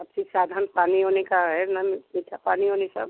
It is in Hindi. सब चीज़ साधन पानी ऊनी का रहे नल मीठा पानी वानी सब